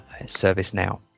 ServiceNow